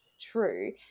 true